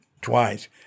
twice